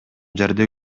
жерде